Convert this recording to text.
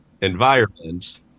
environment